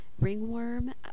Ringworm